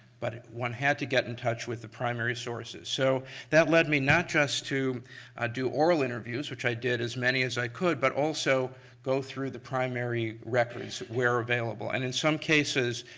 but one had to get in touch with the primary sources. so that led me not just to do oral interviews, which i did as many as i could, but also go through the primary records where available. and in some cases,